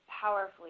powerfully